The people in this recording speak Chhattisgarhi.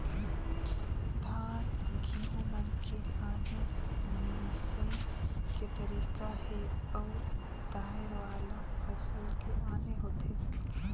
धान, गहूँ मन के आने मिंसई के तरीका हे अउ दायर वाला फसल के आने होथे